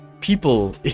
people